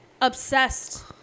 obsessed